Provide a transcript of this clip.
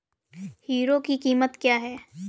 Hero की कीमत क्या है?